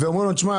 האוצר.